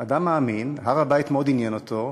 אדם מאמין, הר-הבית מאוד עניין אותו.